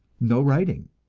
no writing.